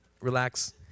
relax